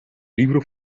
libro